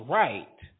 right